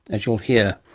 as you'll hear.